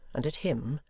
and at him,